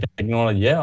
technology